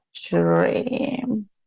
dream